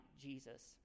Jesus